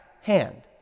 hand